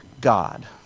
God